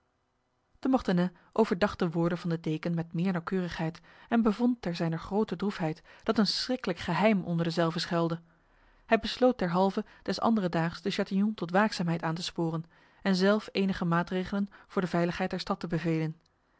de mortenay overdacht de woorden van de deken met meer nauwkeurigheid en bevond ter zijner grote droefheid dat een schriklijk geheim onder dezelve schuilde hij besloot derhalve des anderdaags de chatillon tot waakzaamheid aan te sporen en zelf enige maatregelen voor de veiligheid der stad te bevelen